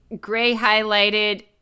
gray-highlighted